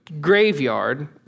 graveyard